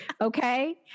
Okay